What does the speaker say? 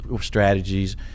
strategies